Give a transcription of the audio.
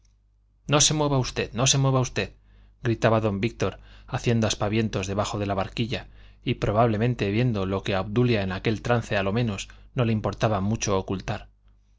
no se mueva usted no se mueva usted gritaba don víctor haciendo aspavientos debajo de la barquilla y probablemente viendo lo que a obdulia en aquel trance a lo menos no le importaba mucho ocultar